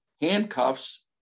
handcuffs